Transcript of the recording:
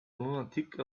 lunatic